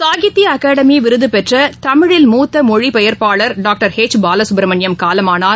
சாகித்யஅகாடமிவிருதுபெற்றதமிழில் மூத்தமொழிபெயர்ப்பாளர் doctor H Balasubramaniam காலமானார்